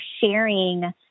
sharing